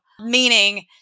meaning